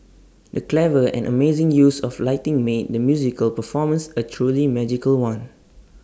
the clever and amazing use of lighting made the musical performance A truly magical one